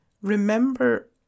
Remember